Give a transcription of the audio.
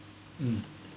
mm